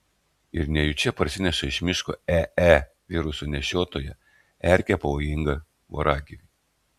ir nejučia parsineša iš miško ee viruso nešiotoją erkę pavojingą voragyvį